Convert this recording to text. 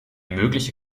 mögliche